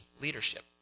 leadership